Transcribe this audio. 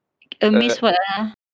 amaze what ah